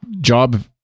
job